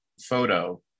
photo